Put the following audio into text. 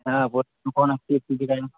ہاں اچھی اچھی جگاہیں